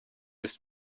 ist